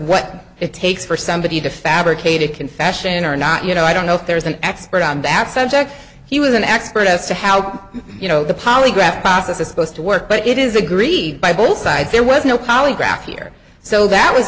what it takes for somebody to fabricate a confession or not you know i don't know if there is an expert on that subject he was an expert as to how you know the polygraph process is supposed to work but it is agreed by both sides there was no polygraph here so that was